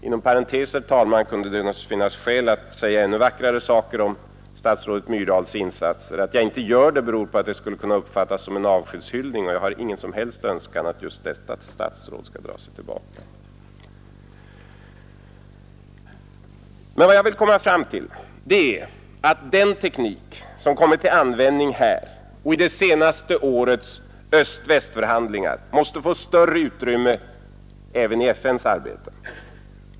Inom parentes, herr talman, kunde det naturligtvis finnas skäl att säga ännu vackrare saker om statsrådet Myrdals insatser. Att jag inte gör det beror på att det skulle kunna uppfattas som en avskedshyllning, och jag har ingen som helst önskan att just detta statsråd skall dra sig tillbaka. Vad jag vill komma fram till är att den teknik som kommit till användning här och i det senaste årets öst—västförhandlingar måste få större utrymme även i FN:s arbete.